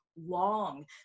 long